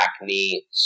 acne